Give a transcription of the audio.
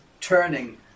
turning